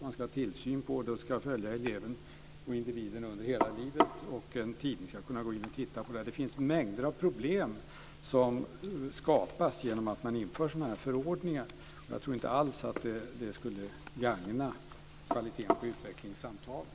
Man ska ha tillsyn över dem, och de ska följa eleven och individen under hela livet, och en tidning ska kunna gå in och titta på dem. Det finns mängder av problem som skapas genom att man inför sådana förordningar. Och jag tror inte alls att det skulle gagna kvaliteten på utvecklingssamtalen.